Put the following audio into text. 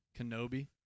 Kenobi